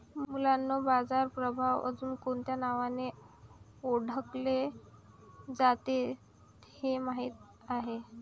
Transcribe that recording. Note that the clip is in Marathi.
मुलांनो बाजार प्रभाव अजुन कोणत्या नावाने ओढकले जाते हे माहित आहे?